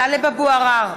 טלב אבו עראר,